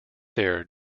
there